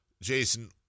Jason